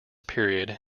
period